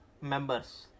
members